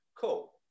cool